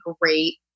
great